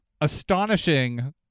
Astonishing